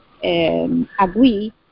Agree